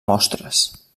mostres